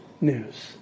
news